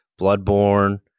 Bloodborne